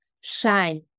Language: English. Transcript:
shine